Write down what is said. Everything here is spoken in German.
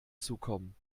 zukommen